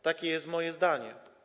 Takie jest moje zdanie.